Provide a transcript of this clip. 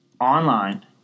online